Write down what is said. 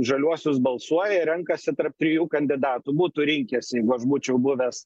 žaliuosius balsuoja renkasi tarp trijų kandidatų būtų rinkęsi jeigu aš būčiau buvęs